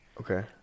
Okay